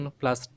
plus